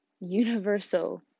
universal